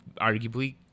arguably